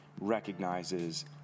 recognizes